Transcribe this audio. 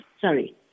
Sorry